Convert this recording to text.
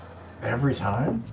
every time?